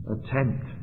Attempt